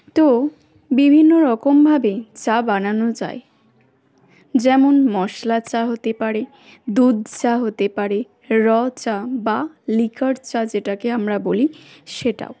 তো বিভিন্ন রকমভাবে চা বানানো যায় যেমন মশলা চা হতে পারে দুধ চা হতে পারে র চা বা লিকার চা যেটাকে আমরা বলি সেটাও